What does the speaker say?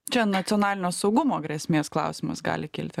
čia nacionalinio saugumo grėsmės klausimas gali kilti